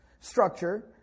structure